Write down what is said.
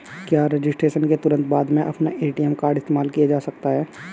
क्या रजिस्ट्रेशन के तुरंत बाद में अपना ए.टी.एम कार्ड इस्तेमाल किया जा सकता है?